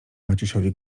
maciusiowi